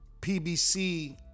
PBC